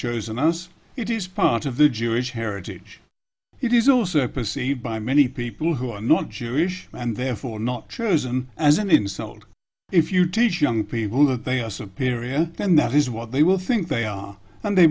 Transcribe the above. chosen as it is part of the jewish heritage it is also perceived by many people who are not jewish and therefore not chosen as an insult if you teach young people that they are some period and that is what they will think they are and they